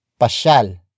Pashal